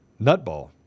nutball